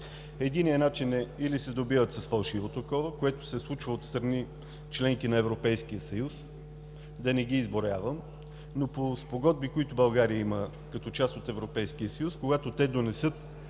Единият начин е да се сдобият с фалшиво такова, което се случва, от страни – членки на Европейския съюз, да не ги изброявам, но по спогодби, които България има като част от Европейския съюз. Когато те донесат